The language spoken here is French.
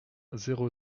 zéro